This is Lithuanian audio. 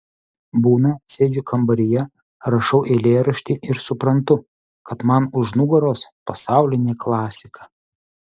būna sėdžiu kambaryje rašau eilėraštį ir suprantu kad man už nugaros pasaulinė klasika